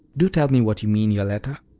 do tell me what you mean, yoletta?